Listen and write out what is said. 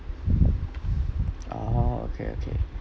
oh okay okay